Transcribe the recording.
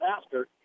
Master